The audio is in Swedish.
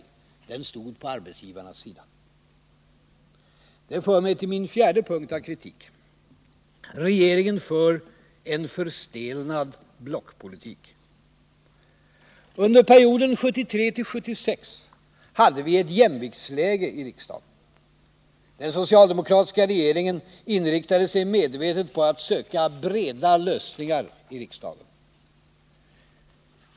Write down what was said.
Den stod på arbetsgivarnas sida. Det för mig till min fjärde punkt av kritik: Regeringen för en förstelnad Under perioden 1973-1976 hade vi ett jämviktsläge i riksdagen. Den socialdemokratiska regeringen inriktade sig medvetet på att söka breda lösningar i riksdagen.